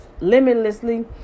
limitlessly